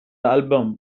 album